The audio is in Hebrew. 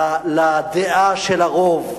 לדעה של הרוב,